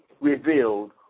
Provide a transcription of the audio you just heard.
revealed